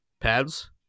pads